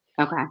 Okay